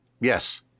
Yes